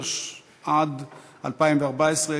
התשע"ד 2014,